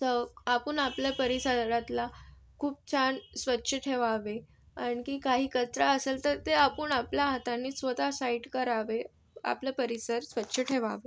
तर आपण आपल्या परिसरातला खूप छान स्वच्छ ठेवावे आणखी काही कचरा असेल तर ते आपण आपल्या हाताने स्वतः साईट करावे आपला परिसर स्वच्छ ठेवावा